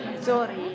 Sorry